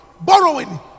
borrowing